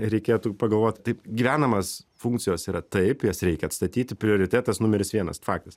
reikėtų pagalvot taip gyvenamas funkcijos yra taip jas reikia atstatyti prioritetas numeris vienas faktas